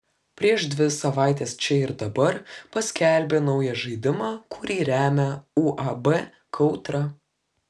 prieš dvi savaites čia ir dabar paskelbė naują žaidimą kurį remia uab kautra